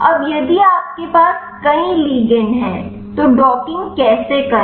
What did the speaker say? अब यदि आपके पास कई लिगंड हैं तो डॉकिंग कैसे करें